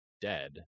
dead